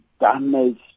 damage